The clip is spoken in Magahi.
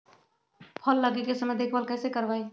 फल लगे के समय देखभाल कैसे करवाई?